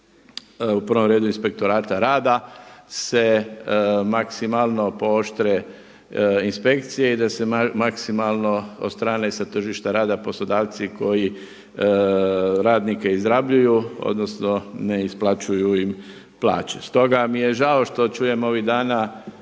u prvom redu Inspektorata rada se maksimalno pooštre inspekcije i da se maksimalno odstrane sa tržišta rada poslodavci koji radnike izrabljuju, odnosno ne isplaćuju im plaće. Stoga mi je žao što čujem ovih dana